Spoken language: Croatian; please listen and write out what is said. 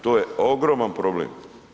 To je ogroman problem.